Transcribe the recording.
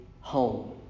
home